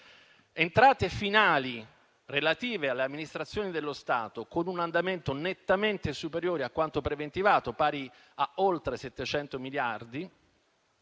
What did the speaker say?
entrate finali relative all'Amministrazione dello Stato, con un andamento nettamente superiore a quanto preventivato, pari a oltre 700 miliardi;